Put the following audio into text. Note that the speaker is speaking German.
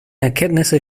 erkenntnisse